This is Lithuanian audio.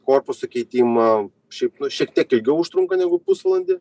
korpuso keitimą šiaip nu šiek tiek ilgiau užtrunka negu pusvalandį